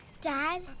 dad